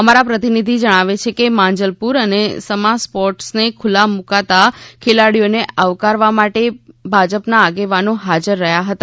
અમારા પ્રતિનિધિ જણાવે છે કે માંજલપુર અને સમાં સ્પોર્ટ્સને ખુલ્લા મૂકાતા ખેલાડીઓને આવકારવા માટે ભાજપના આગેવાનો હાજર રહ્યા હતા